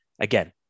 again